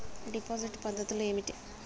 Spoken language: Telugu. డిపాజిట్ పద్ధతులు ఏమిటి?